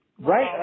right